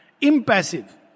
impassive